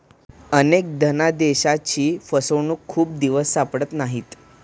अनेक धनादेशांची फसवणूक खूप दिवस सापडत नाहीत